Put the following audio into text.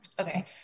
Okay